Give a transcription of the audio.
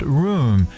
room